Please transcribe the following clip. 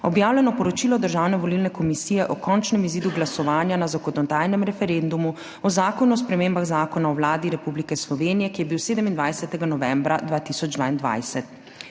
objavljeno poročilo Državne volilne komisije o končnem izidu glasovanja na zakonodajnem referendumu o Zakonu o spremembah Zakona o Vladi Republike Slovenije, ki je bil 27. novembra 2022.